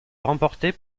remportée